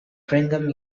brigham